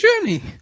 journey